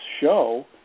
show